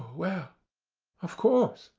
well of course,